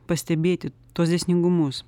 pastebėti tuos dėsningumus